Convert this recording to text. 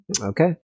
Okay